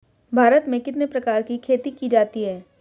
भारत में कितने प्रकार की खेती की जाती हैं?